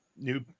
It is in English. new